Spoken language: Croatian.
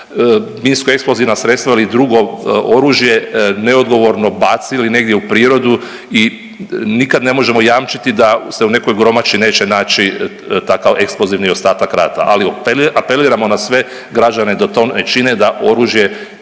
minsko eksplozivna sredstva ili drugo oružje neodgovorno bacili negdje u prirodu i nikad ne možemo jamčiti da se u nekoj Gromači neće naći takav eksplozivni ostatak rata, ali apeliramo na sve građane da to ne čine, da oružje